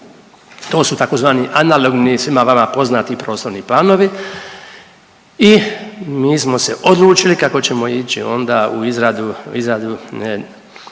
to su tzv. analogni, svima vama poznati, prostorni planovi i mi smo se odlučili kako ćemo ići onda u izradu,